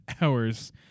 hours